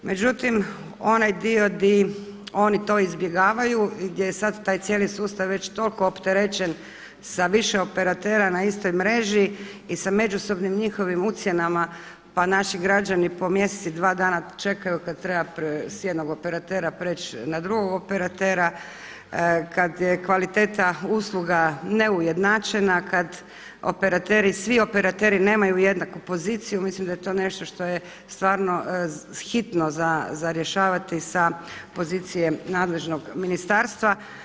Međutim, onaj dio gdje oni to izbjegavaju, gdje je sada taj cijeli sustav već toliko opterećen sa više operatera na istoj mreži i sa međusobnim njihovim ucjenama, pa naši građani po mjesec i dva dana čekaju kada trebaju s jednog operatera preći na drugog operatera, kada je kvaliteta usluga neujednačena, kada operateri, svi operateri nemaju jednaku poziciju, mislim da je to nešto što je stvarno hitno za rješavati sa pozicije nadležnost ministarstva.